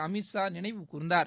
அமித்ஷா நினைவு கூர்ந்தார்